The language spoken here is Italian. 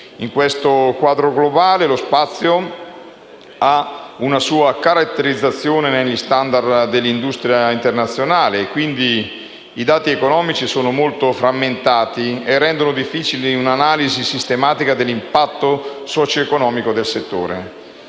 In questo quadro globale, lo spazio ha una sua caratterizzazione negli *standard* dell'industria internazionale. I dati economici sono molto frammentati e rendono difficile un'analisi sistematica dell'impatto socio-economico del settore.